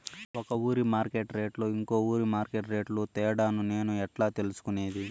ఒక ఊరి మార్కెట్ రేట్లు ఇంకో ఊరి మార్కెట్ రేట్లు తేడాను నేను ఎట్లా తెలుసుకునేది?